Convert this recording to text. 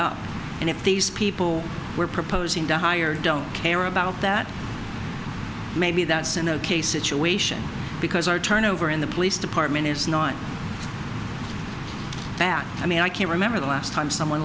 up and if these people were proposing to hire don't care about that maybe that center case situation because our turnover in the police department is not that i mean i can't remember the last time someone